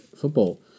football